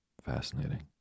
Fascinating